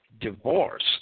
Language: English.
divorce